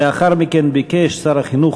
ולאחר מכן ביקש שר החינוך,